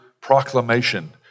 proclamation